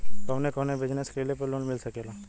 कवने कवने बिजनेस कइले पर लोन मिल सकेला?